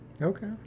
Okay